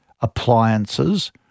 appliances